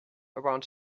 around